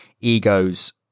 egos